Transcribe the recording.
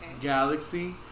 galaxy